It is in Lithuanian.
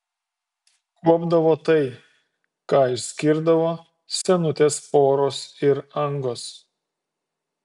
kuopdavo tai ką išskirdavo senutės poros ir angos